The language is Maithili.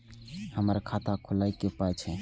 हमर खाता खौलैक पाय छै